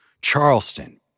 Charleston